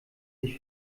sich